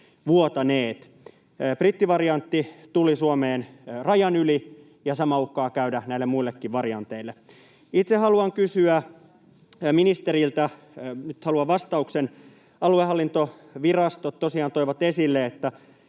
Brittivariantti tuli Suomeen rajan yli, ja sama uhkaa käydä näille muillekin varianteille. Itse haluan kysyä ministeriltä — nyt haluan vastauksen: Aluehallintovirastot tosiaan toivat esille, että